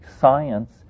science